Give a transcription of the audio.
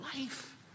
life